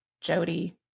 Jody